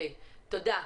תודה.